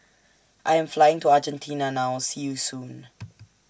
I Am Flying to Argentina now See YOU Soon